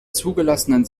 zugelassenen